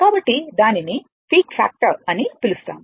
కాబట్టి దానిని peak factor అని పిలుస్తాము